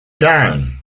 down